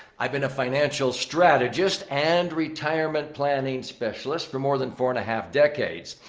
i've been a financial strategist and retirement planning specialist for more than four and a half decades.